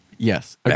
Yes